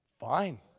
Fine